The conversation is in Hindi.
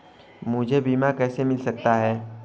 मुझे बीमा कैसे मिल सकता है?